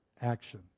action